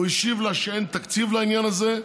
הוא השיב לה שאין תקציב בעניין הזה.